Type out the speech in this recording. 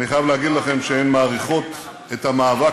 אני חייב להגיד לכם שהן מעריכות את המאבק